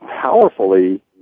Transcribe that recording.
powerfully